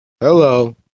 Hello